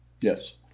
Yes